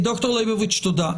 דוקטור ליבוביץ, תודה.